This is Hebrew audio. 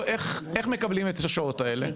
מקבלים את השעות האלה?